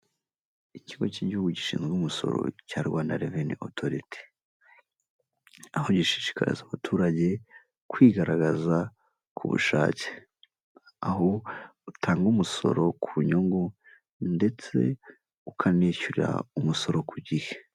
Ikigo cy'igihugu gishinzwe umusoro cya Rwanda Revenue Authority, aho gishishikariza abaturage kwigaragaza ku bushake, aho utanga umusoro ku nyungu, ndetse ukanishyura umusoro ku gihe.